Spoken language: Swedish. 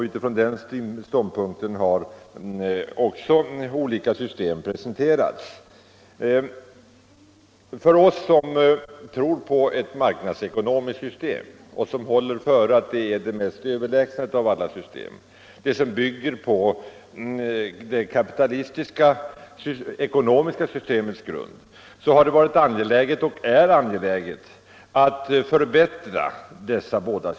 Utifrån den ståndpunkten har också olika system presenterats. För oss som tror på ett marknadsekonomiskt system och som håller före att det är överlägset alla andra ekonomiska system, det som bygger på den kapitalistiska ekonomins grunder, har det varit angeläget och är angeläget att förbättra detta system.